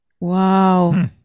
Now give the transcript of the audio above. Wow